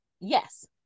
Yes